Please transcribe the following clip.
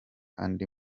andi